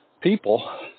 people